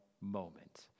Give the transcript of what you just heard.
moment